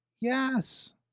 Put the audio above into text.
Yes